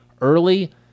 early